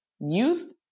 youth